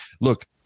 Look